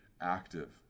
active